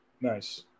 Nice